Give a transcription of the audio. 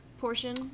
portion